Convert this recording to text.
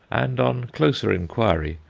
and, on closer inquiry,